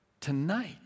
Tonight